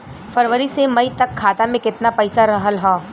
फरवरी से मई तक खाता में केतना पईसा रहल ह?